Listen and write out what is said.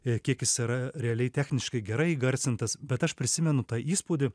ir kiekis yra realiai techniškai gerai įgarsintas bet aš prisimenu tą įspūdį